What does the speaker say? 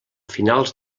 finals